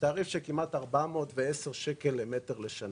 של כמעט 410 ₪ למטר לשנה.